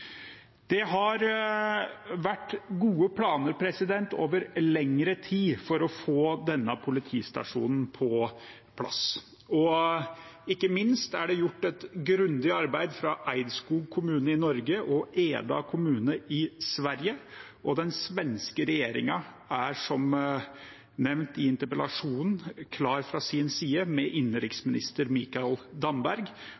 Det har vært gode planer over lengre tid for å få denne politistasjonen på plass. Ikke minst er det blitt gjort et grundig arbeid fra Eidskog kommune i Norge og Eda kommune i Sverige. Den svenske regjeringen ved innenriksminister Mikael Damberg er på sin side, som nevnt i interpellasjonsteksten, klar